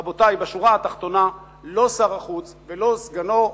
רבותי, בשורה התחתונה, לא שר החוץ ולא סגנו,